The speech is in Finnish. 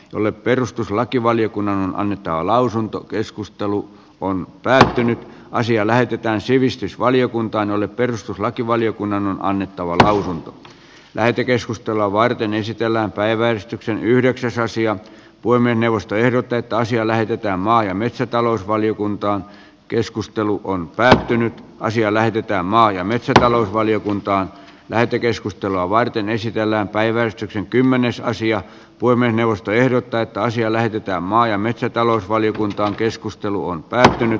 tuli perustuslakivaliokunnan ja lausunto keskustelu on päätynyt asia lähetetään sivistysvaliokuntaan jolle perustuslakivaliokunnan annettava lausunto lähetekeskustelua varten esitellään päiväystyksen yhdeksäs asia voi mennä vastaehdot täyttä asiaa lähdetään maa ja metsätalousvaliokunta keskustelu on päättynyt pasi elähdyttää maa ja metsätalousvaliokunta lähetekeskustelua varten esitellään päivä kymmenesosia voimme neuvosto koen että asialle mitään maa ja metsätalousvaliokuntaan keskustelu on päättynyt